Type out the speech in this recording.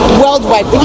worldwide